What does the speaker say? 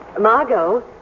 Margot